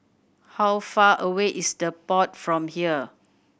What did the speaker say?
how far away is The Pod from here